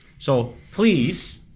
so please,